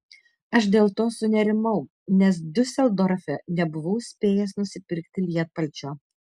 aš dėl to sunerimau nes diuseldorfe nebuvau spėjęs nusipirkti lietpalčio